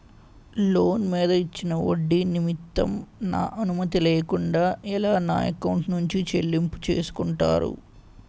Loan మీద ఇచ్చిన ఒడ్డి నిమిత్తం నా అనుమతి లేకుండా ఎలా నా ఎకౌంట్ నుంచి చెల్లింపు చేసుకుంటారు?